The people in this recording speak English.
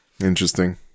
Interesting